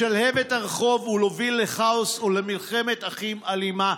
לשלהב את הרחוב ולהוביל לכאוס או למלחמת אחים אלימה.